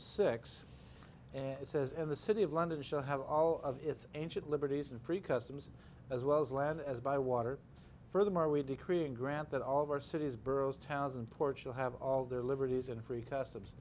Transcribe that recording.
six it says in the city of london shall have all of its ancient liberties and free customs as well as land as by water furthermore we decree and grant that all of our cities boroughs towns in portugal have all their liberties and free customs